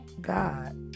God